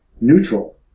neutral